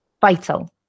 vital